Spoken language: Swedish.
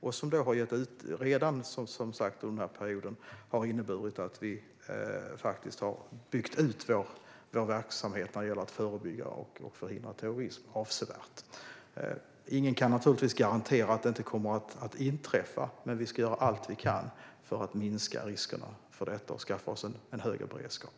Under den här perioden har det som sagt redan inneburit att vi har byggt ut vår verksamhet avsevärt när det gäller att förebygga och förhindra terrorism. Ingen kan naturligtvis garantera att attentat inte kommer att inträffa. Men vi ska göra allt vi kan för att minska riskerna för det och skaffa oss högre beredskap.